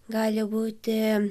gali būti